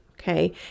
Okay